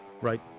Right